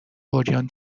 عریان